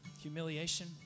humiliation